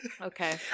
Okay